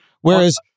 Whereas